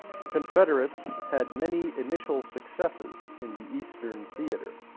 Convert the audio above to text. the confeder ates had many initial successes in the eastern theater.